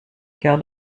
carl